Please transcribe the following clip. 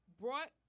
brought